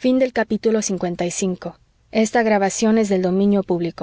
lvi